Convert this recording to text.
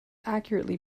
accurately